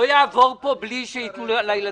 זה לא יעבור פה בלי שייתנו לילדים.